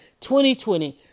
2020